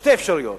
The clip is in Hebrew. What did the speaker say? שתי אפשרויות: